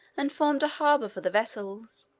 and formed a harbor for the vessels.